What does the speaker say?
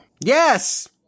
Yes